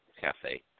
Cafe